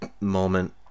moment